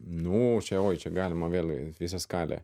nu čia oi čia galima vėl visą skalę